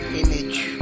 image